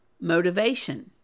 motivation